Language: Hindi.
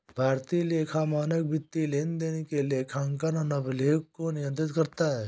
भारतीय लेखा मानक वित्तीय लेनदेन के लेखांकन और अभिलेखों को नियंत्रित करता है